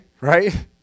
Right